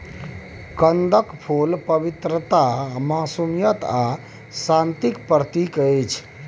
कंदक फुल पवित्रता, मासूमियत आ शांतिक प्रतीक अछि